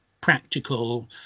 practical